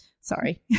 Sorry